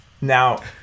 Now